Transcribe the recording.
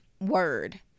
word